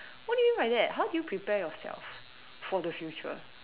what do you mean by that how do you prepare yourself for the future